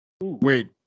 Wait